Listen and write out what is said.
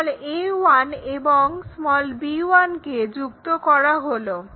a1 এবং b1 কে যুক্ত করা হলো